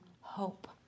hope